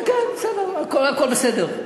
כן כן, בסדר, הכול בסדר.